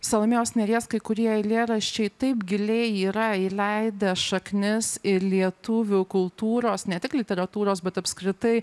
salomėjos nėries kai kurie eilėraščiai taip giliai yra įleidę šaknis į lietuvių kultūros ne tik literatūros bet apskritai